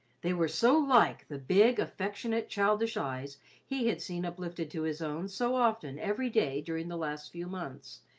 they were so like the big, affectionate, childish eyes he had seen uplifted to his own so often every day during the last few months,